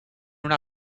una